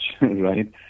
right